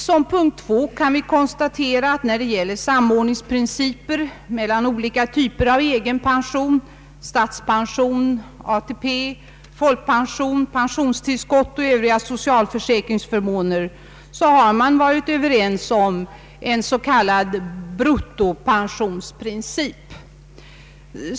För det andra kan vi konstatera att man när det gäller samordningsprinciper mellan olika typer av egenpension, statspension, ATP, folkpension, pensionstillskott och övriga socialförsäkringsförmåner har varit överens om en s.k. bruttopensionsprincip.